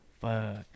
Fuck